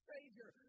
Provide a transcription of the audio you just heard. Savior